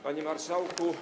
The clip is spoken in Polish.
Panie Marszałku!